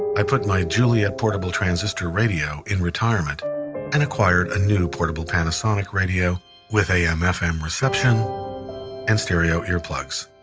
i put my juliette portable transistor radio in retirement and acquired a new portable panasonic radio with am fm reception and stereo earplugs.